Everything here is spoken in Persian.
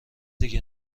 دیگه